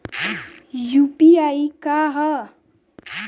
UPI का ह?